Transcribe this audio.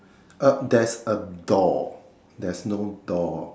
uh there's a door there's no door